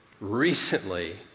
recently